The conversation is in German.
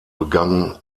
begann